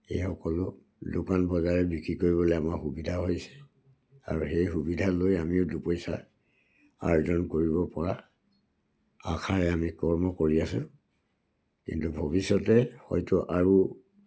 এই সকলো দোকান বজাৰে বিক্ৰী কৰিবলৈ আমাৰ সুবিধা হৈছে আৰু সেই সুবিধা লৈ আমিও দুপইচা অৰ্জন কৰিব পৰা আশাৰে আমি কৰ্ম কৰি আছো কিন্তু ভৱিষ্যতে হয়তো আৰু